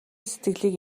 сэтгэлийг